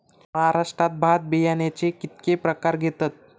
महाराष्ट्रात भात बियाण्याचे कीतके प्रकार घेतत?